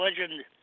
legend